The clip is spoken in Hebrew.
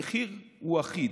המחיר הוא אחיד.